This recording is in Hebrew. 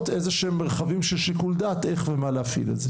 איזה שהם מרחבים של שיקול דעת איך ומה להפעיל את זה.